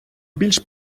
більш